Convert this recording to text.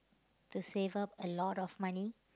to save up a lot of money